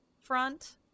front